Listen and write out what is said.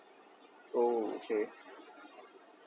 oh okay